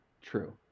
True